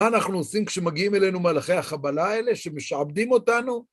מה אנחנו עושים כשמגיעים אלינו מלאכי החבלה האלה שמשעבדים אותנו?